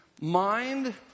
mind